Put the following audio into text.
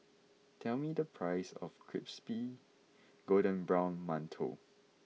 tell me the price of Crispy Golden Brown Mantou